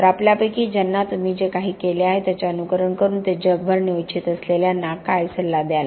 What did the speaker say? तर आपल्यापैकी ज्यांना तुम्ही जे काही केले आहे त्याचे अनुकरण करून ते जगभर नेऊ इच्छित असलेल्यांना काय सल्ला द्याल